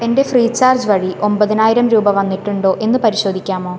എൻ്റെ ഫ്രീചാർജ് വഴി ഒമ്പതിനായിരം രൂപ വന്നിട്ടുണ്ടോ എന്ന് പരിശോധിക്കാമോ